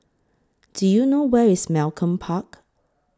Do YOU know Where IS Malcolm Park